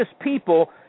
people